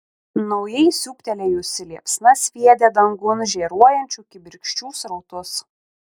naujai siūbtelėjusi liepsna sviedė dangun žėruojančių kibirkščių srautus